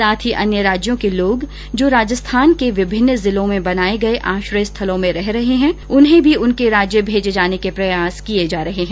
साथ ही अन्य राज्यों के लोग जो राजस्थान के विभिन्न जिलों में बनाये गए आश्रय स्थलों में रह रहे हैं उन्हें भी उनके राज्य भेजे जाने के प्रयास किये जा रहे हैं